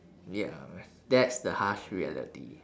ya that's the harsh reality